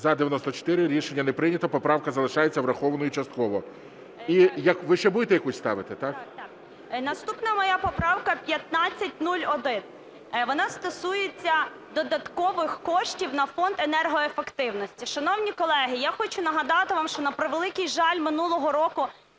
За-94 Рішення не прийнято. Поправка залишається врахованою частково. Ви ще будете якусь ставити? 11:22:20 ВАСИЛЬЧЕНКО Г.І. Так-так. Наступна моя поправка 1501. Вона стосується додаткових коштів на Фонд енергоефективності. Шановні колеги, я хочу нагадати вам, що, на превеликий жаль, минулого року